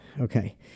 okay